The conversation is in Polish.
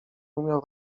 umiał